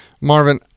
Marvin